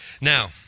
Now